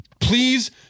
Please